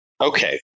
Okay